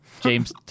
James